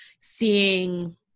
seeing